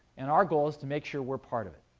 and our goal is to make sure we're part of it.